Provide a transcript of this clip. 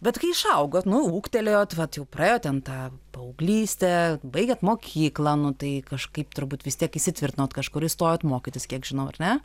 bet kai išaugot nu ūgtelėjot vat jau praėjo ten ta paauglystė baigėt mokyklą nu tai kažkaip turbūt vistiek įsitvirtinot kažkur įstojot mokytis kiek žinau ar ne